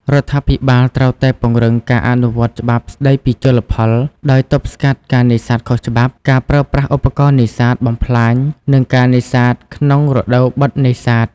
រដ្ឋាភិបាលត្រូវតែពង្រឹងការអនុវត្តច្បាប់ស្ដីពីជលផល ដោយទប់ស្កាត់ការនេសាទខុសច្បាប់ ការប្រើប្រាស់ឧបករណ៍នេសាទបំផ្លាញ និងការនេសាទក្នុងរដូវបិទនេសាទ។